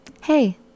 Hey